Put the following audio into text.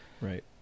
right